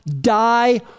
die